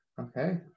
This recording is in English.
okay